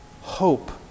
hope